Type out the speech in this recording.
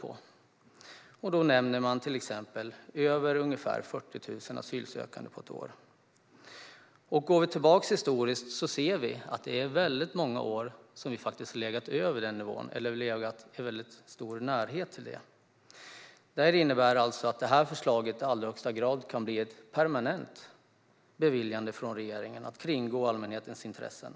Man nämner till exempel över ungefär 40 000 asylsökande på ett år. Går vi tillbaka historiskt ser vi att det är väldigt många år som vi har legat över den nivån eller i väldigt stor närhet till den. Det innebär att detta förslag i allra högsta grad kan bli ett permanent beviljande från regeringen att kringgå allmänhetens intressen.